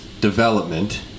development